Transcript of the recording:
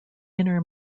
inner